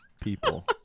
people